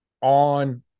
on –